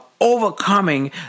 overcoming